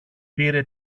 πήρε